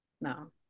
No